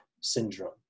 syndrome